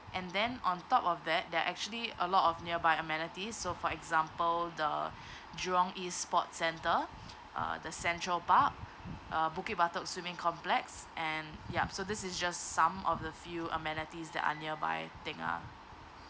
and then on top of that there are actually a lot of nearby amenities so for example the jurong east sports center uh the central park uh bukit batok swimming complex and yup so this is just some of the few amenities that are nearby tengah